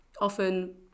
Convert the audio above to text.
often